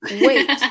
wait